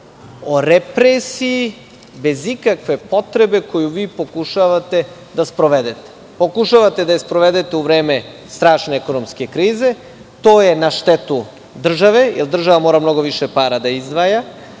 o represiji bez ikakve potrebe koju vi pokušavate da sprovedete. Pokušavate da je sprovedete u vreme strašne ekonomske krize, a to je na štetu države, jer država mora mnogo više para da izdvaja,